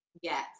Yes